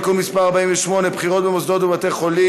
(תיקון מס' 48) (בחירות במוסדות ובבתי-חולים),